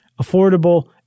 affordable